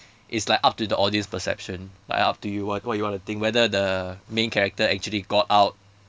it's like up to the audience perception like up to you what what you want to think like whether the main character actually got out